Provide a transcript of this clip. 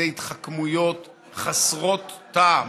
אלה התחכמויות חסרות טעם.